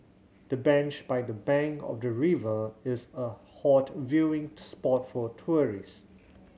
the bench by the bank of the river is a hot viewing spot for tourists